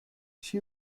she